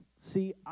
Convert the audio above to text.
See